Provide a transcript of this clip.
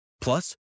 Plus